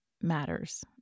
matters